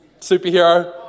superhero